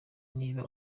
niba